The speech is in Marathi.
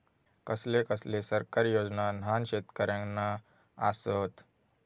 कसले कसले सरकारी योजना न्हान शेतकऱ्यांना आसत?